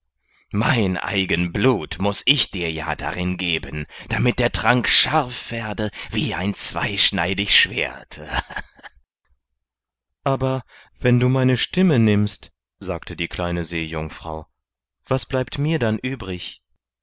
mein eigen blut muß ich dir ja darin geben damit der trank scharf werde wie ein zweischneidig schwert aber wenn du meine stimme nimmst sagte die kleine seejungfrau was bleibt mir dann übrig